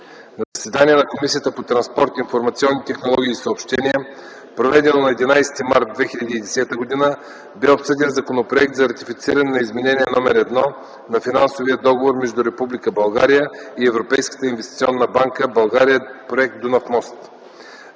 заседание на Комисията по транспорт, информационни технологии и съобщения, проведено на 11 март 2010 г., бе обсъден Законопроект за ратифициране на Изменение № 1 на Финансовия договор между Република България и Европейската инвестиционна банка „България – проект Дунав мост”.